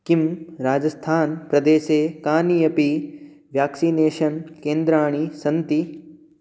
किं राजस्थानप्रदेशे कानि अपि व्याक्सिनेषन् केन्द्राणि सन्ति